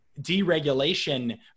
deregulation